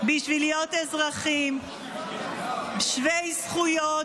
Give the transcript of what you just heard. בשביל להיות אזרחים שווי זכויות,